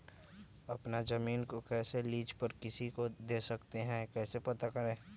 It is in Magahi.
अपना जमीन को कैसे लीज पर किसी को दे सकते है कैसे पता करें?